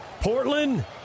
Portland